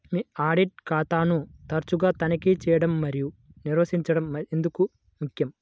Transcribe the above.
మీ audit ఖాతాను తరచుగా తనిఖీ చేయడం మరియు నిర్వహించడం ఎందుకు ముఖ్యం?